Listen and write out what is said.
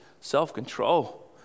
self-control